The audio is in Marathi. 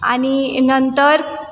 आणि नंतर